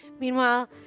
Meanwhile